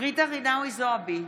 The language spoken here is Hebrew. ג'ידא רינאוי זועבי,